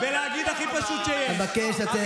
ואני רוצה לומר לכם,